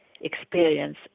experience